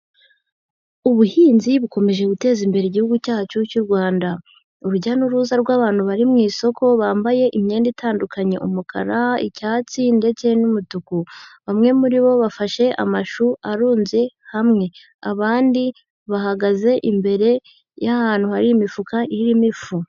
Ubuhinzi bukomeje guteza imbere igihugu cyacu cy'u Rwanda. Urujya n'uruza rw'abantu bari mu isoko bambaye imyenda itandukanye: umukara, icyatsi ndetse n'umutuku. Bamwe muri bo bafashe amashu arunze hamwe. Abandi bahagaze imbere y'ahantu hari imifuka irimo ifu.